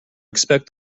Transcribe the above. expect